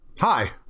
Hi